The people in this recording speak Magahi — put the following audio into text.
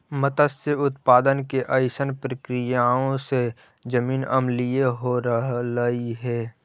मत्स्य उत्पादन के अइसन प्रक्रियाओं से जमीन अम्लीय हो रहलई हे